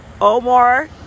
Omar